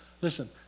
Listen